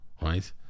right